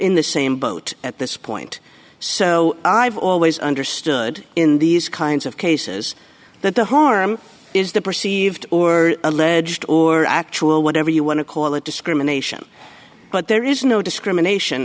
in the same boat at this point so i've always understood in these kinds of cases that the harm is the perceived or alleged or actual whatever you want to call it discrimination but there is no discrimination